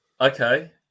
Okay